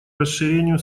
расширению